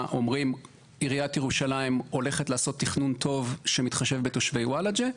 אומרים שעיריית ירושלים הולכת לעשות תכנון טוב שמתחשב בתושבי וולאג'ה,